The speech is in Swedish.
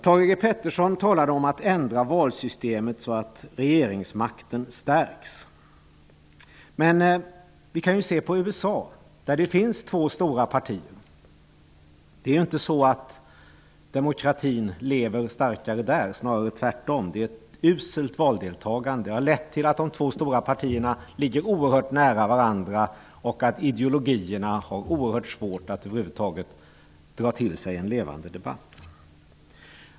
Thage G Peterson talade om att man skall ändra valsystemet så att regeringsmakten stärks. Men vi kan ta USA, där det finns två stora partier, som exempel. Demokratin är inte starkare i USA, snarare tvärtom. Valdeltagandet är uselt. Det har medfört att de två stora partierna ligger oerhört nära varandra och att ideologierna har mycket svårt att dra till sig en levande debatt.